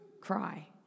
cry